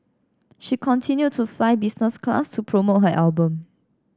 she continued to fly business class to promote her album